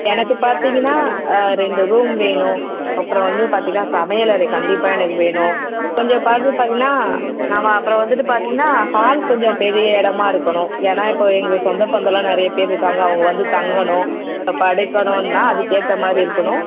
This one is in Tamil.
எனக்கு பார்த்தீங்கன்னா ரெண்டு ரூம் வேணும் அப்புறம் வந்து பார்த்தீங்கன்னா சமையல் அறை கண்டிப்பாக எனக்கு வேணும் கொஞ்சம் பாகு பார்த்தீங்கன்னா நாங்கள் அப்புறம் வந்துட்டு பார்த்தீங்கன்னா ஹால் கொஞ்சம் பெரிய இடமா இருக்கணும் ஏனால் இப்போ எங்கள் சொந்தபந்தமெல்லாம் நிறைய பேர் இருக்காங்க அவங்கள் வந்து தங்கணும் இப்போ படுக்கணும்னா அதுக்கு ஏற்ற மாதிரி இருக்கணும்